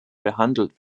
behandelt